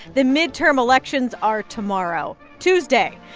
the midterm elections are tomorrow, tuesday.